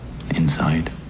Inside